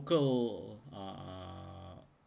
local uh